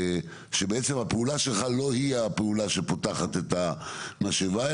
שהפעולה שלך לא היא הפעולה שפותחת את המשאבה,